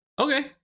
Okay